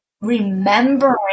Remembering